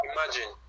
Imagine